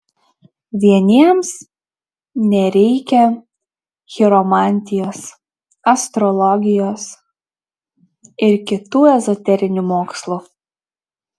vieniems nereikia chiromantijos astrologijos ir kitų ezoterinių mokslų